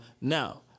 now